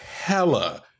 hella